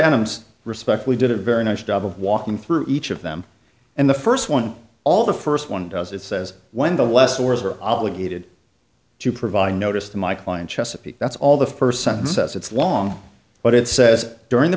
adams respect we did a very nice job of walking through each of them and the first one all the first one does it says when the last words are obligated to provide notice to my client chesapeake that's all the first sentence says it's long but it says during the